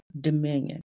dominion